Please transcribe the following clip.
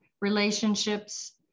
relationships